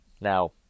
Now